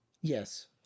Yes